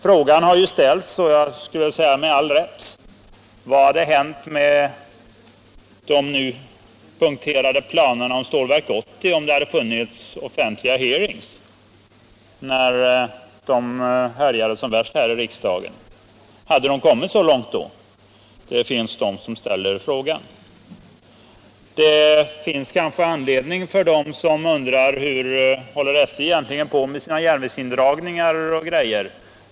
Frågan har ställts — jag skulle vilja säga med all rätt: Vad hade hänt med de nu punkterade planerna på Stålverk 80, om det hade funnits offentliga hearings när dessa planer var som mest på tapeten här i riksdagen? Hade de kommit så långt då? Och det finns de som undrar: Vilka planer har SJ nu på indragning av järnvägslinjer?